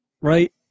Right